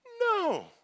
No